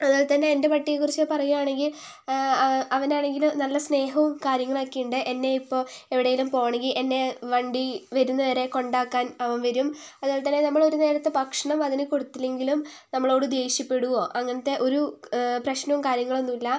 അതുപോലെത്തന്നെ എൻ്റെ പട്ടിയെക്കുറിച്ച് പറയുകയാണെങ്കിൽ അവനാണെങ്കില് നല്ല സ്നേഹവും കാര്യങ്ങളും ഒക്കെ ഉണ്ട് എന്നെ ഇപ്പോൾ എവിടേലും പോകണമെങ്കിൽ എന്നെ വണ്ടി വരുന്നവരെ കൊണ്ടാക്കാൻ അവൻ വരും അതുപോൽത്തന്നെ നമ്മൾ ഒരു നേരത്തെ ഭക്ഷണം അതിന് കൊടുത്തില്ലെങ്കിലും നമ്മളോട് ദേഷ്യപ്പെടുവോ അങ്ങനത്തെ ഒരു പ്രശ്നവും കാര്യങ്ങളും ഒന്നുമില്ല